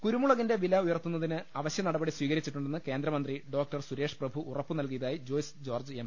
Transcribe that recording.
കുരുമുളകിന്റെ വില ഉയർത്തുന്നതിന് അവശ്യ നടപടി സ്വീകരിച്ചിട്ടുണ്ടെന്ന് കേന്ദ്രമന്ത്രി ഡോക്ടർ സുരേഷ്പ്രഭു ഉറപ്പുനൽകിയതായി ജോയ്സ് ജോർജ് എം